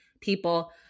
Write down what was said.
people